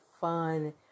fun